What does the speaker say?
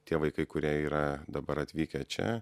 tie vaikai kurie yra dabar atvykę čia